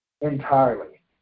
entirely